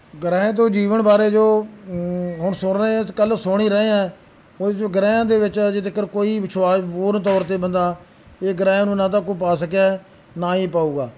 ਗ੍ਰਹਿ ਤੋਂ ਜੀਵਨ ਬਾਰੇ ਜੋ ਹੁਣ ਸੁਣ ਰਹੇ ਅੱਜ ਕੱਲ੍ਹ ਸੁਣ ਹੀ ਰਹੇ ਹੈ ਕੋਈ ਜੋ ਗ੍ਰਹਿਆਂ ਦੇ ਵਿੱਚ ਅਜੇ ਤੱਕ ਕੋਈ ਵਿਸ਼ਵਾਸ ਹੋਰ ਪੂਰਨ ਤੌਰ 'ਤੇ ਬੰਦਾ ਕੋਈ ਗ੍ਰਹਿ ਨੂੰ ਨਾ ਤਾਂ ਕੋਈ ਪਾ ਸਕਿਆ ਨਾ ਹੀ ਪਾਊਗਾ